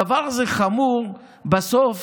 הדבר הזה חמור בסוף,